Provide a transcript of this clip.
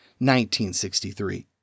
1963